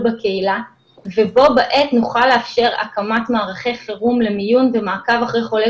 בקהילה ובה בעת נוכל לאפשר הקמת מערכת חירום למיון ומעקב אחרי חולי